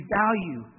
value